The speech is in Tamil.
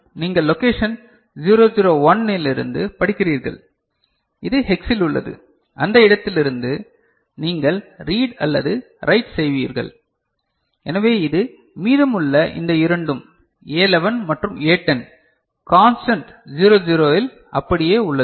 நீங்கள் லொகேஷன் 001 இலிருந்து படிக்கிறீர்கள் அது ஹெக்ஸில் உள்ளது அந்த இடத்திலிருந்து நீங்கள் ரீட் அல்லது ரைட் செய்வீர்கள் எனவே இது மீதமுள்ள இந்த இரண்டும் A11 மற்றும் A10 கான்ஸ்டன்ட் 00 இல் அப்படியே உள்ளது